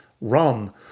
rum